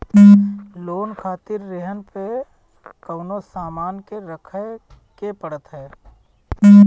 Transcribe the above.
loan खातिर रेहन पअ कवनो सामान के रखे के पड़त हअ